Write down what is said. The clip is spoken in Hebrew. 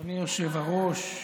אדוני היושב-ראש,